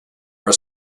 are